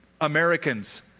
Americans